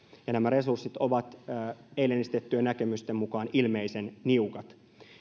ja nämä resurssit ovat eilen esitettyjen näkemysten mukaan ilmeisen niukat